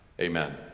Amen